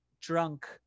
drunk